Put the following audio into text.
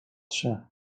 trzy